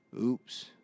Oops